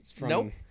Nope